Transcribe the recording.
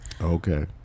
Okay